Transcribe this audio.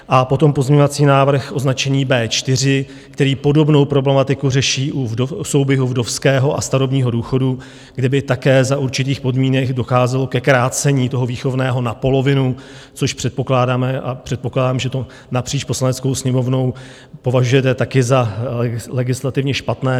A potom pozměňovací návrh označený B4, který podobnou problematiku řeší u souběhu vdovského a starobního důchodu, kde by také za určitých podmínek docházelo ke krácení výchovného na polovinu, což předpokládáme a předpokládám, že to napříč Poslaneckou sněmovnou považujete také za legislativně špatné.